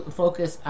focus